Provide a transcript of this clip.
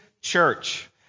church